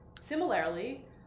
Similarly